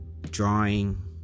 drawing